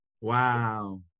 Wow